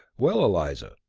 well, eliza,